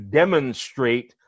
demonstrate